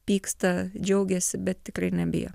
pyksta džiaugiasi bet tikrai nebijo